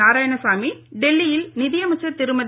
நாராயணசாமி டெல்லியில் நிதியமைச்சர் திருமதி